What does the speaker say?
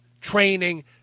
training